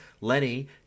Lenny